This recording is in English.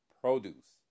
produce